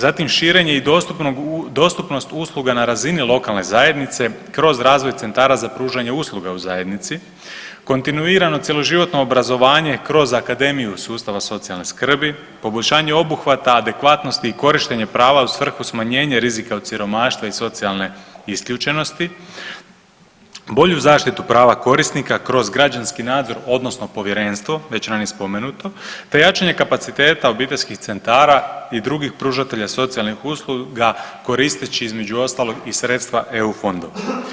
Zatim širenje i dostupnost usluga na razini lokalne zajednice kroz razvoj centara za pružanje usluga u zajednici, kontinuirano cjeloživotno osiguranje kroz akademiju iz sustava socijalne skrbi, poboljšanje obuhvata adekvatnosti i korištenje prava u svrhu smanjenja rizika od siromaštva i socijalne isključenosti, bolju zaštitu prava korisnika kroz građanski nadzor odnosno povjerenstvo već ranije spomenuto te jačanje kapaciteta obiteljskih centara i drugih pružatelja socijalnih usluga koristeći između ostalog i sredstva EU fondova.